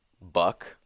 buck